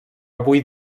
avui